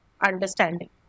understanding